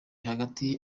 hagati